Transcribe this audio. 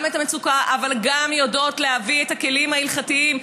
המצוקה אבל גם יודעות להביא את הכלים ההלכתיים,